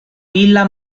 villa